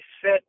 set